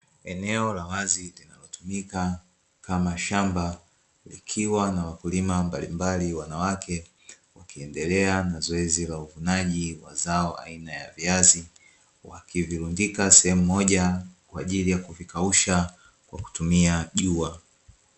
Eneo la wazi linalotumika kama shamba likiwa na wakulima mbalimbali, wanawake wakiendelea na zoezi la uvunaji wa zao aina ya viazi wakivirundika sehemu moja kwaajili ya kuvikausha kwa kutumia jua.